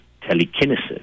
telekinesis